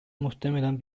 muhtemelen